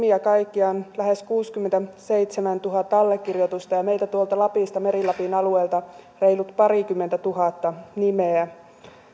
kaikkiaan lähes kuusikymmentäseitsemäntuhatta allekirjoitusta ja meiltä tuolta lapista meri lapin alueelta reilut parikymmentätuhatta nimeä